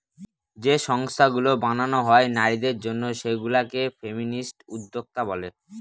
যে সংস্থাগুলো বানানো হয় নারীদের জন্য সেগুলা কে ফেমিনিস্ট উদ্যোক্তা বলে